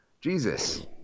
Jesus